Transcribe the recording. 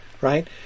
right